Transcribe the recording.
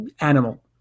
animal